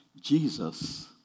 Jesus